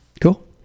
Cool